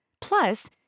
Plus